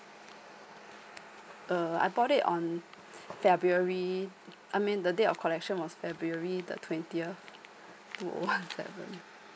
uh I bought it on february I mean the day of collection was february the twentieth two O one seven